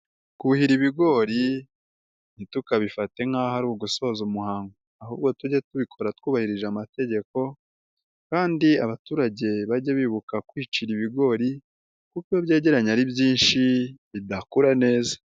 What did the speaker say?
Kuhira ibigori ntitukabifate nk'aho ari ugusoza umuhango, ahubwo tujye tubikora twubahiririza amategeko kandi abaturage bajye bibuka kwicira ibigori, kuko iyo byegeranye ari byinshi bidakura neza.